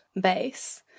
base